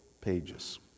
pages